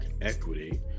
Equity